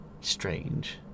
strange